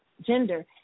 gender